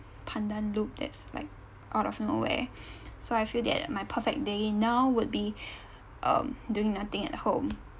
pandan loop that's like out of nowhere so I feel that my perfect day now would be um doing nothing at home